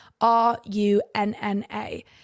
R-U-N-N-A